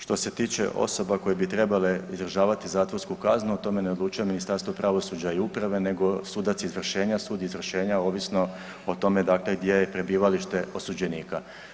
Što se tiče osoba koje bi trebale izdržavati zatvorsku kaznu o tome ne odlučuje Ministarstvo pravosuđa i uprave nego sudac izvršenja, sud izvršenja ovisno o tome dakle gdje je prebivalište osuđenika.